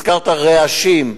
הזכרת רעשים,